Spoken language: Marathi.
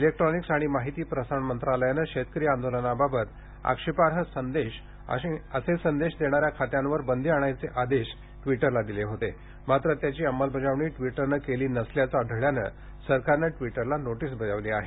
इलेक्ट्रॉनिक्स आणि माहिती प्रसारण मंत्रालयानं शेतकरी आंदोलनाबाबत आक्षेपार्ह संदेश आणि असे संदेश देणाऱ्या खात्यांवर बंदी आणणायचे आदेश ट्विटरला दिले होते मात्र त्याची अंमलबजावणी ट्विटरनं केली नसल्याचं आढळल्यानं सरकारनं ट्विटरला नोटीस बजावली आहे